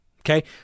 Okay